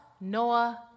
Noah